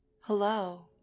Hello